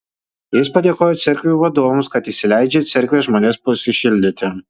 jis padėkojo cerkvių vadovams kad įsileidžia į cerkves žmones pasišildyti